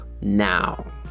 now